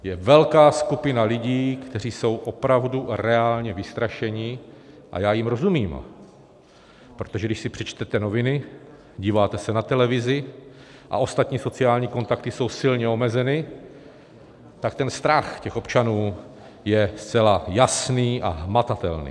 Je velká skupina lidí, kteří jsou opravdu reálně vystrašeni, a já jim rozumím, protože když si přečtete noviny, díváte se na televizi a ostatní sociální kontakty jsou silně omezeny, tak strach těch občanů je zcela jasný a hmatatelný.